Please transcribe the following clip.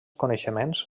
coneixements